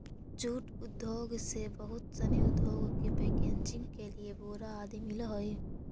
jute उद्योग से बहुत सनी उद्योग के पैकेजिंग के लिए बोरा आदि मिलऽ हइ